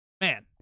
man